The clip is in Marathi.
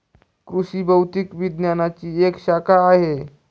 कृषि भौतिकी विज्ञानची एक शाखा आहे